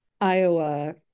Iowa